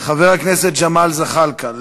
חבר הכנסת ג'מאל זחאלקה,